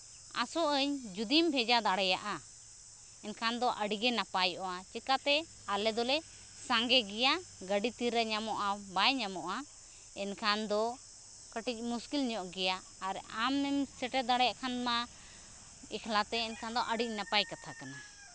ᱟᱥᱚᱜ ᱟᱹᱧ ᱡᱩᱫᱤᱢ ᱵᱷᱮᱡᱟ ᱫᱟᱲᱮᱭᱟᱜᱼᱟ ᱮᱱᱠᱷᱟᱱ ᱫᱚ ᱟᱹᱰᱤᱜᱮ ᱱᱟᱯᱟᱭᱚᱜᱼᱟ ᱪᱤᱠᱟᱹᱛᱮ ᱟᱞᱮ ᱫᱚᱞᱮ ᱥᱟᱸᱜᱮ ᱜᱮᱭᱟ ᱜᱟᱹᱰᱤ ᱛᱤᱨᱮ ᱧᱟᱢᱚᱜᱼᱟ ᱵᱟᱭ ᱧᱟᱢᱚᱜᱼᱟ ᱮᱱᱠᱷᱟᱱ ᱫᱚ ᱠᱟᱹᱴᱤᱡ ᱢᱩᱥᱠᱤᱞ ᱧᱚᱜ ᱜᱮᱭᱟ ᱟᱨ ᱟᱢᱮᱢ ᱥᱮᱴᱮᱨ ᱫᱟᱲᱮᱭᱟᱜ ᱠᱷᱟᱱ ᱢᱟ ᱮᱠᱞᱟ ᱛᱮ ᱮᱱᱠᱷᱟᱱ ᱫᱚ ᱟᱹᱰᱤ ᱱᱟᱯᱟᱭ ᱠᱟᱛᱷᱟ ᱠᱟᱱᱟ